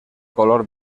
color